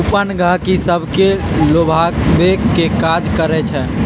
coupon गहकि सभके लोभावे के काज करइ छइ